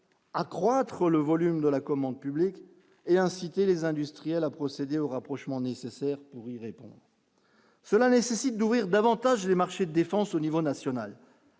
accroître le volume de la commande publique et inciter les industriels à procéder au rapprochement nécessaire pour y répond : cela nécessite d'ouvrir davantage les marchés défense au niveau national,